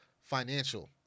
financial